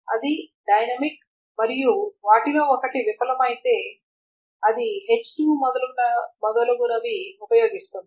అది డైనమిక్ మరియు వాటిలో ఒకటి విఫలమైతే అది h2 మొదలగునవి ఉపయోగిస్తుంది